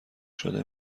شده